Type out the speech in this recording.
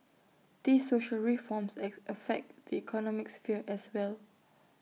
these social reforms affect the economic sphere as well